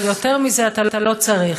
אבל יותר מזה אתה לא צריך.